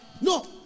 No